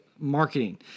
marketing